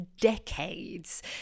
decades